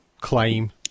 claim